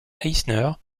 eisner